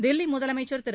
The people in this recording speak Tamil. தில்லி முதலமைச்சர் திரு